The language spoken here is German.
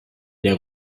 der